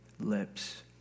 lips